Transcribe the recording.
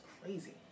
crazy